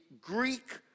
Greek